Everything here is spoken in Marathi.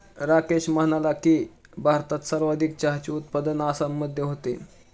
राकेश म्हणाला की, भारतात सर्वाधिक चहाचे उत्पादन आसाममध्ये होते